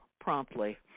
promptly